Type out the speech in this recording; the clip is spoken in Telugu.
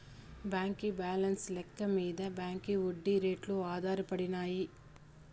బాంకీ బాలెన్స్ లెక్క మింద బాంకీ ఒడ్డీ రేట్లు ఆధారపడినాయి